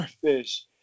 fish